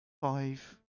five